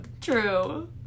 True